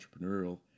entrepreneurial